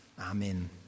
Amen